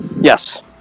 Yes